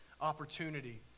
opportunity